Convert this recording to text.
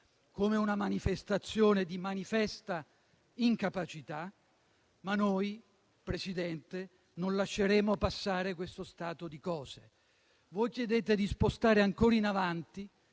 come una manifestazione di manifesta incapacità, ma noi non lasceremo passare questo stato di cose. Voi chiedete di spostare ancora in avanti,